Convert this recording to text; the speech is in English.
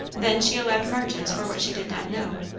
then she allowed margins for what she did not know,